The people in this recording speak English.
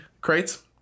crates